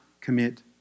commit